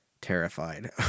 terrified